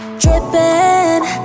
Dripping